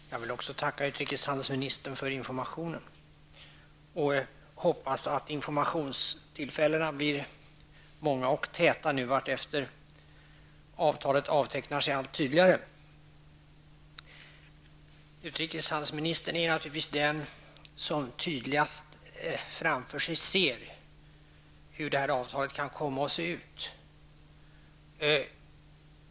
Herr talman! Jag vill också tacka utrikeshandelsministern för informationen. Jag hoppas att informationstillfällena blir många och täta nu vartefter avtalet avtecknar sig allt tydligare. Utrikeshandelsministern är naturligtvis den som tydligast framför sig ser hur detta avtal kan komma att se ut.